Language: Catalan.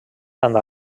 tant